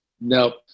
Nope